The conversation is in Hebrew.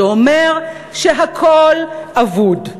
שאומר שהכול אבוד,